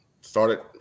started